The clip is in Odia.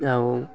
ଆଉ